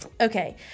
Okay